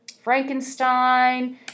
Frankenstein